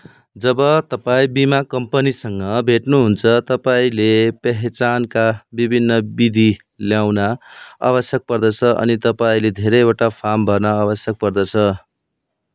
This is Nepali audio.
जब तपाईँँ बिमा कम्पनीसँग भेट्नुहुन्छ तपाईँले पहिचानका विभिन्न विधि ल्याउन आवश्यक पर्दछ अनि तपाईँँले धेरैवटा फारम भर्न आवश्यक पर्दछ